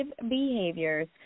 behaviors